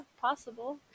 possible